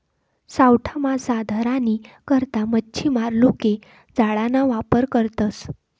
सावठा मासा धरानी करता मच्छीमार लोके जाळाना वापर करतसं